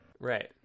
Right